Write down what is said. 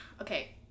okay